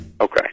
Okay